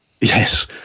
yes